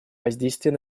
воздействие